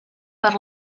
per